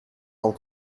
tant